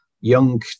Young